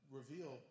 reveal